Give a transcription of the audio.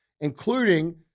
including